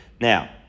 Now